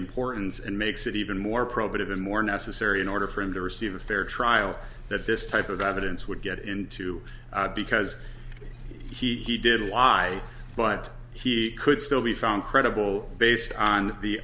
importance and makes it even more probative and more necessary in order for him to receive a fair trial that this type of evidence would get into because he did lie but he could still be found credible based on the